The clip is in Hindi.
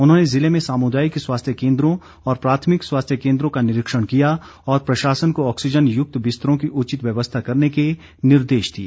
उन्होंने जिले में सामुदायिक स्वास्थ्य केन्द्रों और प्राथमिक स्वास्थ्य कोन्द्रों का निरीक्षण किया और प्रषासन को ऑक्सीजन युक्त बिस्तरों की उचित व्यवस्था करने के निर्देश दिए